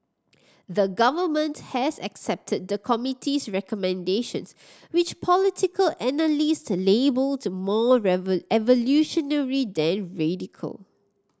the Government has accepted the committee's recommendations which political analyst labelled more evolutionary than radical